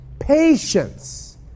Patience